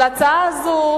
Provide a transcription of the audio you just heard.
אבל ההצעה הזאת,